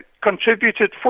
contributed